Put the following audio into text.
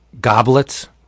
goblets